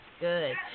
good